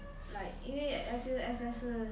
因为 S_U_S_S 是